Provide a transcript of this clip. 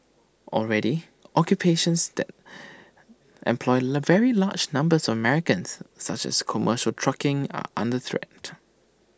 already occupations that employ le very large numbers of Americans such as commercial trucking are under threat